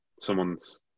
someone's